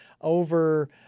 over